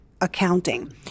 accounting